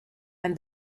and